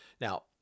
Now